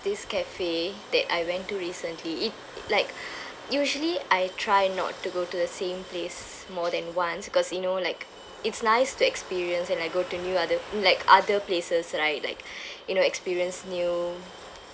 this cafe that I went to recently it like usually I try not to go to the same place more than once because you know like it's nice to experience and I go to new other like other places right like you know experience new